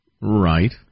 Right